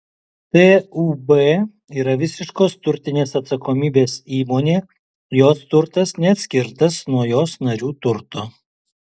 tūb yra visiškos turtinės atsakomybės įmonė jos turtas neatskirtas nuo jos narių turto